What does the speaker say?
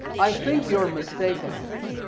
i think you're mistaken.